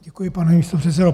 Děkuji, pane místopředsedo.